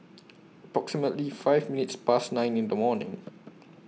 approximately five minutes Past nine in The morning